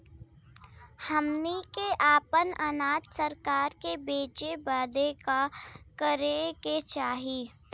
हमनी के आपन अनाज सरकार के बेचे बदे का करे के चाही?